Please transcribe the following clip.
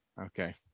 okay